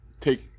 take